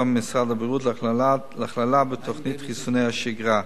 במשרד הבריאות להכללה בתוכנית חיסוני השגרה.